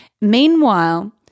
Meanwhile